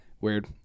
Weird